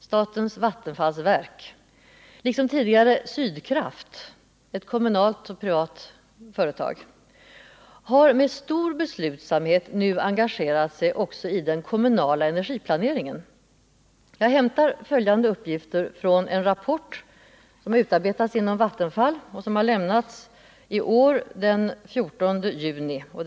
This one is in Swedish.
Statens vattenfallsverk, liksom tidigare det kommunaloch privatägda företaget Sydkraft, har med stor beslutsamhet nu engagerat sig i också den kommunala energiplaneringen. Jag hämtar följande uppgifter från en rapport som har utarbetats inom Vattenfall och som lämnades den 14 juni i år.